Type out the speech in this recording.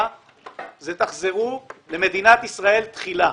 היא שהממשלה תחזור למדינת ישראל תחילה.